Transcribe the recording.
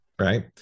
right